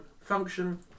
Function